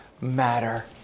matter